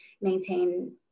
maintain